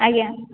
ଆଜ୍ଞା